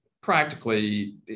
Practically